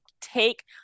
take